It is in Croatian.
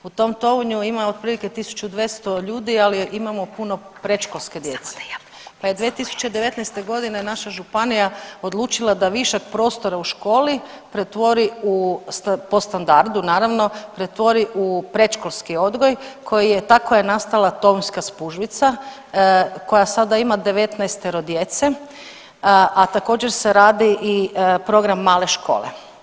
U tom Tounju ima otprilike 1.200 ljudi ali imamo puno predškolske djece pa je 2019. godine naša županija odlučila da višak prostora u školi pretvori u, po standardu naravno, pretvori u predškolski odgoj koji je, tako je nastala Tounjska spužvica koja sada ima 19-ero djece, a također se radi i program male škole.